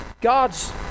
God's